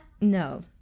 No